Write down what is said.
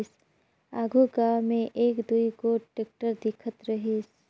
आघु गाँव मे एक दुई गोट टेक्टर दिखत रहिस